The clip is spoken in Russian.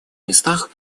местах